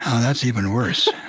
that's even worse.